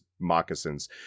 moccasins